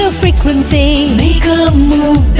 ah frequency make a move